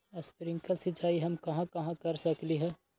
Sprinkle सिंचाई हम कहाँ कहाँ कर सकली ह?